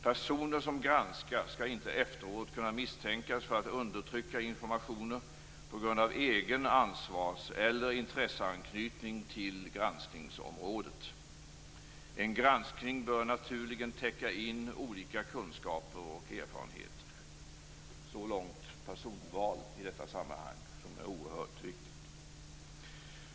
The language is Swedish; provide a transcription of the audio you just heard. Personer som granskar skall inte efteråt kunna misstänkas för att undertrycka informationer på grund av egen ansvars eller intresseanknytning till granskningsområdet. En granskning bör naturligen täcka in olika kunskaper och erfarenheter - så långt personval i detta sammanhang, som är oerhört viktigt.